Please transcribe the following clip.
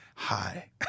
Hi